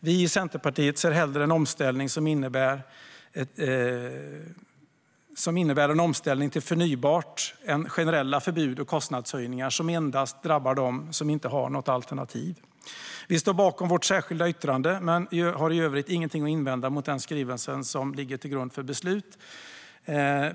Vi i Centerpartiet ser hellre en utveckling som innebär omställning till förnybart än generella förbud och kostnadshöjningar som endast drabbar dem som inte har något alternativ. Vi står bakom vårt särskilda yttrande men har i övrigt inget att invända mot den skrivelse som ligger till grund för beslut.